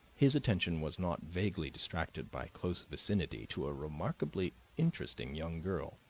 his attention was not vaguely distracted by close vicinity to a remarkably interesting young girl,